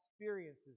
experiences